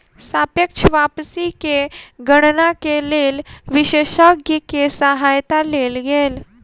सापेक्ष वापसी के गणना के लेल विशेषज्ञ के सहायता लेल गेल